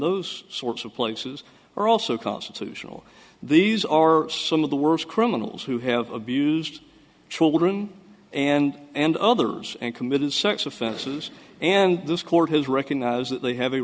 those sorts of places are also constitutional these are some of the worst criminals who have abused children and and others and committed sex offenses and this court has recognized that they have